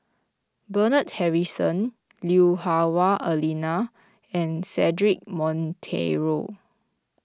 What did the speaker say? Bernard Harrison Lui Hah Wah Elena and Cedric Monteiro